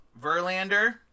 Verlander